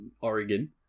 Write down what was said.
Oregon